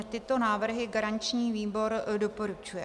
Tyto návrhy garanční výbor doporučuje.